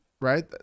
Right